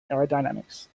aerodynamics